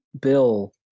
bill